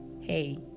hey